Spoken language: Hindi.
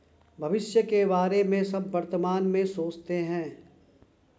भविष्य के बारे में सब वर्तमान में सोचते हैं